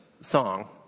song